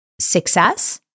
success